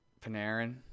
Panarin